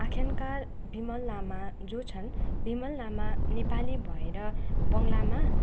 आख्यानकार बिमल लामा जो छन् बिमल लामा नेपाली भएर बङ्गलामा